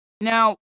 Now